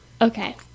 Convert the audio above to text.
Okay